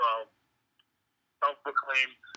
self-proclaimed